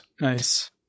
Nice